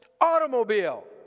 automobile